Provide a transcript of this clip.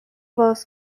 was